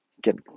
get